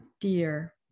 dear